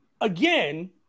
again